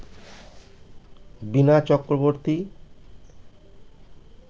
বীণা Chakraborty